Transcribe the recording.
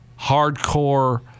hardcore